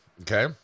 okay